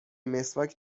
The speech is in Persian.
مسواک